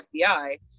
FBI